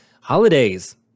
Holidays